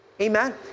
Amen